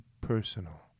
personal